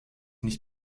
nicht